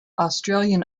australian